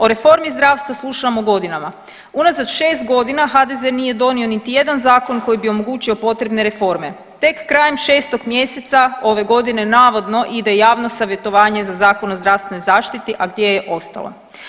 O reformi zdravstva slušamo godinama, unazad 6.g. HDZ nije donio niti jedan zakon koji bi omogućio potrebne reforme, tek krajem 6. mjeseca ove godine navodno ide javno savjetovanje za Zakon o zdravstvenoj zaštiti, a gdje je ostalo.